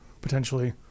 potentially